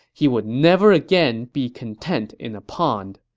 he would never again be content in a pond.